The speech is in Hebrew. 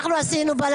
חסוי)